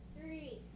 Three